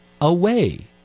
away